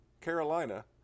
Carolina